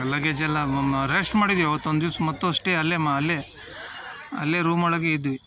luggage ಎಲ್ಲ rest ಮಾಡಿದ್ವಿ ಆವತ್ತೊಂದು ದಿವ್ಸ ಮತ್ತು ಸ್ಟೇ ಅಲ್ಲೇ ಮ ಅಲ್ಲೇ ಅಲ್ಲೇ ರೂಮ್ ಒಳಗೆ ಇದ್ವಿ